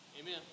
Amen